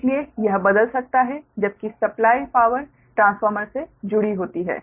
इसलिए यह बदल सकता है जबकि सप्लाइ पावर ट्रांसफार्मर से जुड़ी होती है